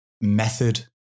Method